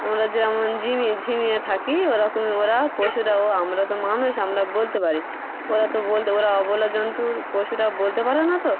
আমরা যেমন ঝিমি ঝিমিয়ে থাকি ওরকমই ওরাও পশুরাও আমরা তো মানুষ আমরা বলতে পারি ওরা তো বলতে ওরা অবলা জন্তুর পশুরা বলতে পারে না তো